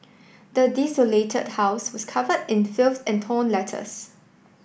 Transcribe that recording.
the desolated house was covered in filth and torn letters